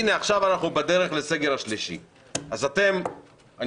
והנה, עכשיו אנחנו בדרך לסגר השלישי.